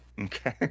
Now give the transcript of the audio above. Okay